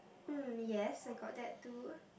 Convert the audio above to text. mm yes I got that too